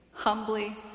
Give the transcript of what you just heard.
Humbly